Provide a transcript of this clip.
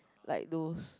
like those